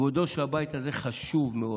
חשוב מאוד.